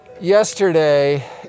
yesterday